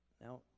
now